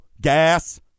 gas